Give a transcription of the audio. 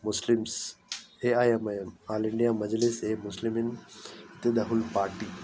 Muslims AIMIM all India Majlis e Ittehadul Muslimeen party